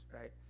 right